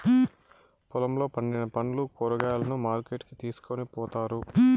పొలంలో పండిన పండ్లు, కూరగాయలను మార్కెట్ కి తీసుకొని పోతారు